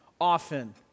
often